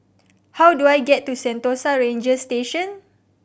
how do I get to Sentosa Ranger Station